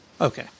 okay